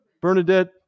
Bernadette